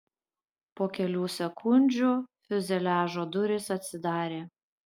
po kelių sekundžių fiuzeliažo durys atsidarė